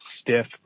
stiff